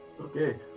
Okay